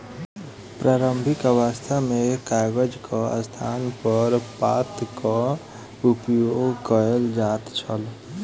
प्रारंभिक अवस्था मे कागजक स्थानपर पातक उपयोग कयल जाइत छल